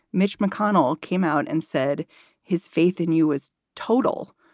mitch mcconnell came out and said his faith in you is total,